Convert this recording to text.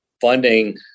funding